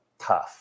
tough